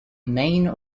main